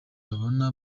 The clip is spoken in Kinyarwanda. babona